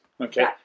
Okay